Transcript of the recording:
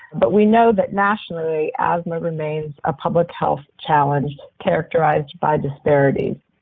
but we know that nationally, asthma remains a public health challenge, characterized by disparities.